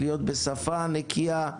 להיות בשפה נקייה,